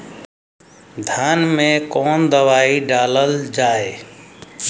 धान मे कवन दवाई डालल जाए?